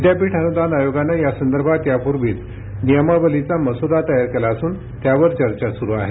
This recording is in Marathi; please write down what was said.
विद्यापीठ अनुदान आयोगानं यासंदर्भात यापूर्वीच नियमावलीचा मसुदा तयार केला असून त्यावर चर्चा सुरू आहे